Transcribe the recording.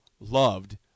loved